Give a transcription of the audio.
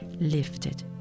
lifted